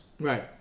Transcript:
Right